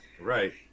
Right